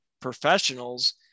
professionals